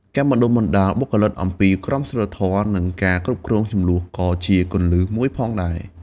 ការបណ្តុះបណ្តាលបុគ្គលិកអំពីក្រមសីលធម៌ និងការគ្រប់គ្រងជម្លោះក៏ជាគន្លឹះមួយផងដែរ។